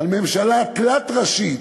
הממשלה התלת-ראשית,